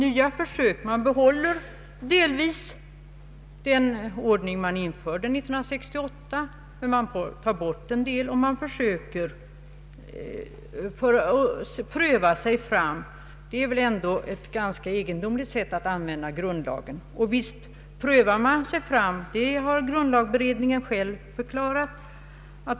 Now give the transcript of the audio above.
Vi behåller delvis den ordning som infördes 1968 men tar bort en del och försöker pröva oss fram. Det är väl ändå ett ganska egendomligt sätt att använda grundlagen? För visst prövar man sig fram. Det har grundlagberedningen själv förklarat.